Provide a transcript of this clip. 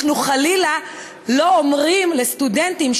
אנחנו חלילה לא אומרים לסטודנטים,